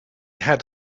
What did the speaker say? had